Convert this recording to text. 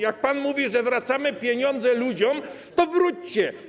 Jak pan mówi, że zwracamy pieniądze ludziom, to zwróćcie.